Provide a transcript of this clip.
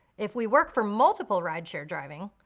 if we work for multiple rideshare driving,